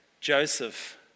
Joseph